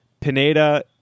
Pineda